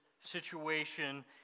situation